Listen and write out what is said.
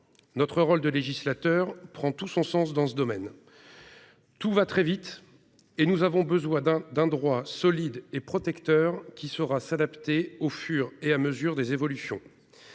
Notre rôle de législateur prend tout son sens dans ce domaine où tout va très vite. Nous avons besoin d'un droit solide et protecteur qui saura s'adapter aux évolutions